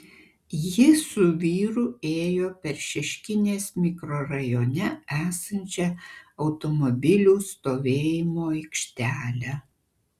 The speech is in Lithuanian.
ji su vyru ėjo per šeškinės mikrorajone esančią automobilių stovėjimo aikštelę